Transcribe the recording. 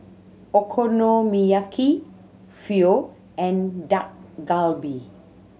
Okonomiyaki Pho and Dak Galbi